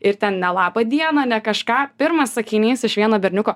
ir ten ne laba diena ne kažką pirmas sakinys iš vieno berniuko